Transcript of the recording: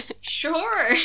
Sure